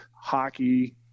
hockey